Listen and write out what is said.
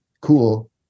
Cool